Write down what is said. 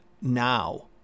now